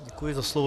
Děkuji za slovo.